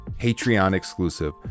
Patreon-exclusive